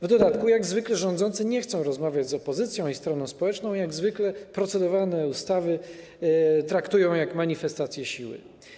W dodatku jak zwykle rządzący nie chcą rozmawiać z opozycją i stroną społeczną, jak zwykle procedowane ustawy traktują jak manifestację siły.